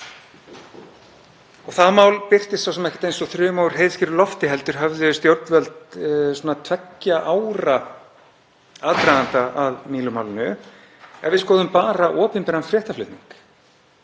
Það mál birtist svo sem ekkert eins og þruma úr heiðskíru lofti heldur höfðu stjórnvöld tveggja ára aðdraganda að Mílumálinu ef við skoðum bara opinberan fréttaflutning,